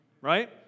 right